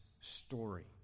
story